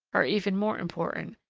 are even more important,